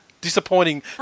Disappointing